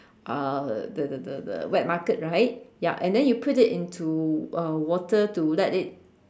uh the the the the wet market right ya and then you put it into uh water to let it